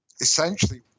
essentially